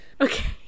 Okay